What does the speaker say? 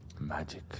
Magic